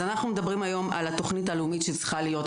אז אנחנו ומדברים היום על התוכנית הלאומית שצריכה להיות.